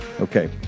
Okay